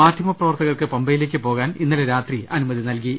മാധ്യമപ്രവർത്തകർക്ക് പമ്പയിലേക്ക് പോകാൻ ഇന്നലെ രാത്രി അനുമതി നൽകി